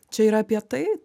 čia yra apie tai